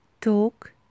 talk